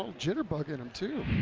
jitter bug in him, too.